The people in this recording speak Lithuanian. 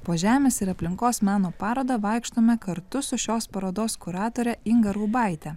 po žemės ir aplinkos meno parodą vaikštome kartu su šios parodos kuratore inga raubaite